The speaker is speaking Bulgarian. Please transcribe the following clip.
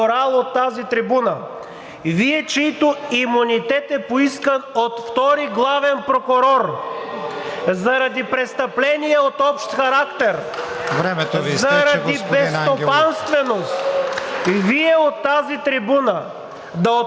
Времето Ви изтече, господин Ангелов.